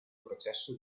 processo